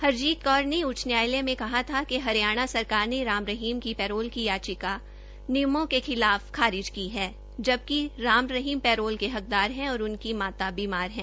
हरजीत कौर ने उच्च न्यायालय में कहा था कि हरियाणा सरकार ने राम रहीम की पैरोल की याचिका नियमों खिलाफ खारिज की है जबकि राम रहीम पैरोल के हकदार हैं उनकी माता बीमार हैं